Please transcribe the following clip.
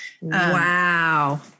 Wow